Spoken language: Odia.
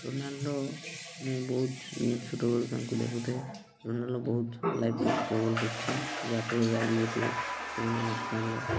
ରୋନାଲଡ଼ୋ ମୁଁ ବହୁତ ଛୋଟ ବେଳୁ ତାଙ୍କୁ ଦେଖୁ ଥାଏ ରୋନାଲଡ଼ୋ ବହୁତ ଲାଇଫ୍ରେ ଷ୍ଟ୍ରଗଲ୍ କରିଛନ୍ ଯାହାଫଳରେ ଆଜି ଗୋଟିଏ ସେମାନେ ନ୍ୟାସନାଲ୍ରେ